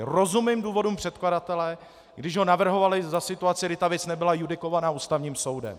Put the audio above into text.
Rozumím důvodům předkladatele, když ho navrhovali za situace, kdy ta věc nebyla judikována Ústavním soudem.